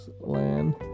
land